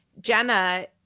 Jenna